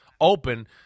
open